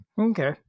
Okay